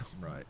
right